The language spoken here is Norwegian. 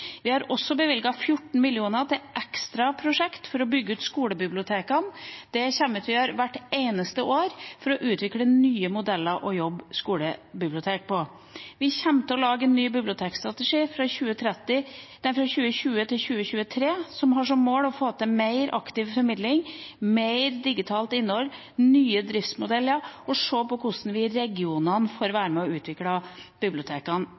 Vi har også bevilget 14 mill. kr til et ekstra prosjekt for å bygge ut skolebibliotekene. Det kommer vi til å gjøre hvert eneste år, for å utvikle nye modeller å jobbe med skolebibliotek på. Vi kommer til å lage en ny bibliotekstrategi fra 2020 til 2023, som har som mål å få til mer aktiv formidling, mer digitalt innhold, nye driftsmodeller og å se på hvordan regionene får være med på å utvikle bibliotekene.